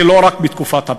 ולא רק בתקופת הבחירות.